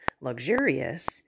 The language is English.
luxurious